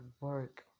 work